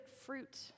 fruit